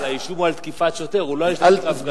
האישום הוא על תקיפת שוטר, לא על השתתפות בהפגנה.